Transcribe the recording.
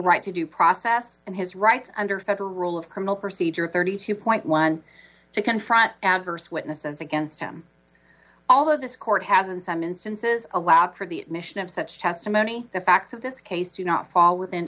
right to due process and his rights under federal rule of criminal procedure thirty two point one to confront adverse witnesses against him although this court has in some instances allowed for the admission of such testimony the facts of this case do not fall within